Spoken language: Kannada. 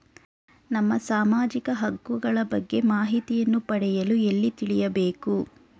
ನಮ್ಮ ಸಾಮಾಜಿಕ ಹಕ್ಕುಗಳ ಬಗ್ಗೆ ಮಾಹಿತಿಯನ್ನು ಪಡೆಯಲು ಎಲ್ಲಿ ತಿಳಿಯಬೇಕು?